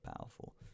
powerful